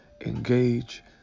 engage